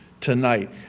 tonight